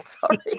Sorry